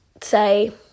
say